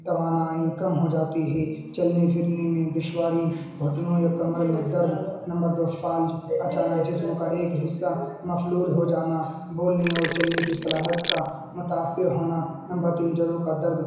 توانائی کم ہو جاتی ہے چلنے پھرنے میں دشواری بھٹنوں یا کمر میں درد نمبر دو فالج اچانک جسم کا ایک حصہ مفلوج ہو جانا بولنے اور چلنے کی صلاحیت کا متاثر ہونا نمبر تین جوڑوں کا درد